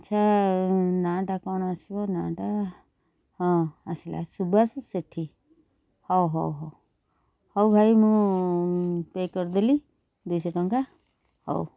ଆଚ୍ଛା ନାଁ'ଟା କ'ଣ ଆସିବ ନାଁ'ଟା ହଁ ଆସିଲା ସୁବାସ ସେଠି ହଉ ହଉ ହଉ ହଉ ଭାଇ ମୁଁ ପେ କରିଦେଲି ଦୁଇଶହ ଟଙ୍କା ହଉ